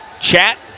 chat